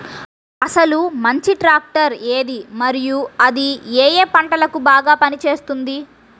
అసలు మంచి ట్రాక్టర్ ఏది మరియు అది ఏ ఏ పంటలకు బాగా పని చేస్తుంది?